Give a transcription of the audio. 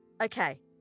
Okay